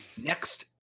Next